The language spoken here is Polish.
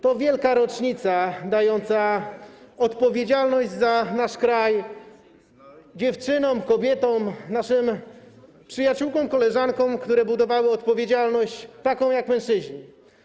To wielka rocznica dająca odpowiedzialność za nasz kraj dziewczynom, kobietom, naszym przyjaciółkom, koleżankom, które budowały odpowiedzialność taką, jak mężczyźni.